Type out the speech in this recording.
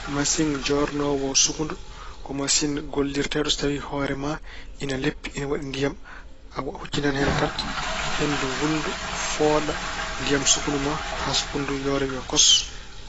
Masiŋ joornoowo sukkundu ko masiŋ gollirteeɗo do tawi hoore ma ine leppi, ina waɗi ndiyam. A wa- a huccinan hen tan henndu wuldu fooɗa ndiyam sukkundu ma haa sukkundu yoora wiya kos.